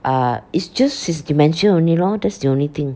uh it's just his dementia only lor that's the only thing